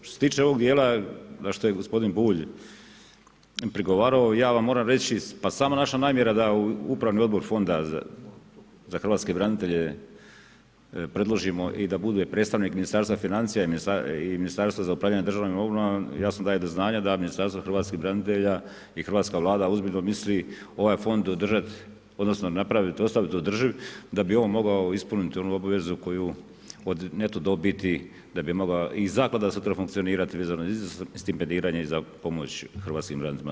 Što se tiče ovog dijela, na što je gospodin Bulj, prigovarao, ja vam moram reći, pa sama vaša namjera da upravni odbor fonda za hrvatske branitelje preložimo i da bude predstavnik Ministarstva financija i Ministarstvo za upravljanje državnom imovinom, jasno daje do znanja da Ministarstvo hrvatskih branitelja i hrvatska Vlada ozbiljno misli ovaj fond održavati, odnosno, napraviti ostaviti to državi, da bi on mogao ispuniti onu obavezu, koju, od neto dobiti, da bi mogao i zaklada sutra funkcionirati, vezano i uz stipendiranje i za pomoć hrvatskim braniteljima.